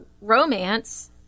romance